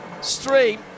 stream